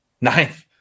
Ninth